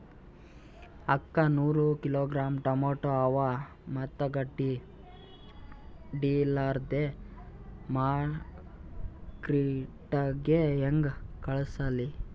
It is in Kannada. ಅಕ್ಕಾ ನೂರ ಕಿಲೋಗ್ರಾಂ ಟೊಮೇಟೊ ಅವ, ಮೆತ್ತಗಬಡಿಲಾರ್ದೆ ಮಾರ್ಕಿಟಗೆ ಹೆಂಗ ಕಳಸಲಿ?